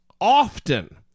often